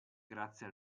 grazie